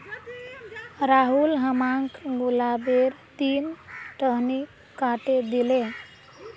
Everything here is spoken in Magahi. राहुल हमाक गुलाबेर तीन टहनी काटे दिले